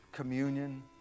Communion